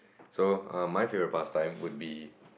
so um my favourite pastime would be